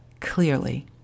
clearly